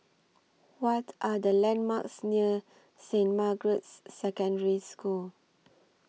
What Are The landmarks near Saint Margaret's Secondary School